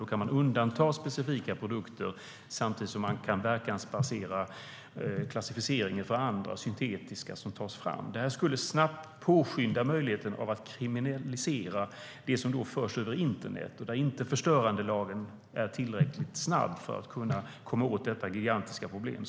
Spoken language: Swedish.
Då kan man undanta specifika produkter samtidigt som man kan verkansbasera klassificeringen av andra, syntetiska, produkter som tas fram. Det skulle påskynda möjligheten att kriminalisera det som förs in via internet och där förstörandelagen inte är tillräckligt snabb för att kunna komma åt detta gigantiska problem.